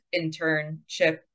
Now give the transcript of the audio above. internship